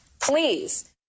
please